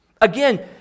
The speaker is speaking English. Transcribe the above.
Again